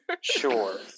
Sure